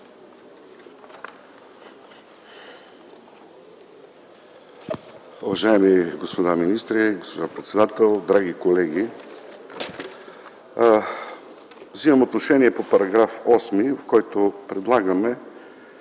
Уважаеми господа министри, госпожо председател, драги колеги! Взимам отношение по § 8, в който предлагаме